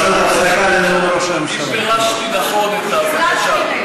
אני פירשתי נכון את הבקשה.